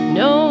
no